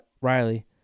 Riley